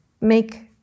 make